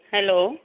hello